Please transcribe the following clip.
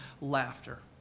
Laughter